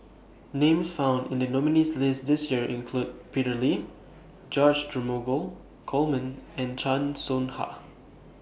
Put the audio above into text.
Names found in The nominees' list This Year include Peter Lee George Dromgold Coleman and Chan Soh Ha